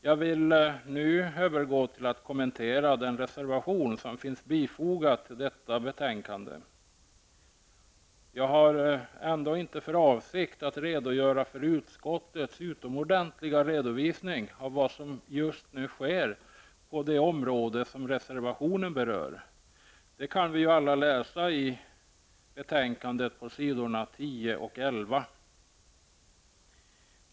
Jag vill nu övergå till att kommentera den reservation som finns fogad till detta betänkande. Jag har inte för avsikt att redogöra för utskottets utomordentliga redovisning av vad som just nu sker på det område som reservationen berör. Det kan vi alla läsa på s. 10 och 11 i betänkandet.